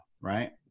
right